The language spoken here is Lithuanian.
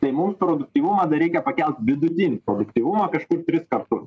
tai mums produktyvumą dar reikia pakelt vidutinį produktyvumą kažkur tris kartus